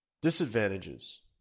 Disadvantages